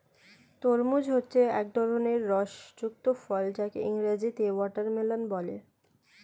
তরমুজ হচ্ছে এক ধরনের রস যুক্ত ফল যাকে ইংরেজিতে ওয়াটারমেলান বলে